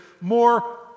more